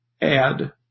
add